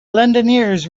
londoners